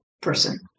person